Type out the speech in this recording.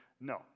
No